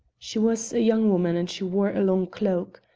she was a young woman and she wore a long cloak.